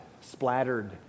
splattered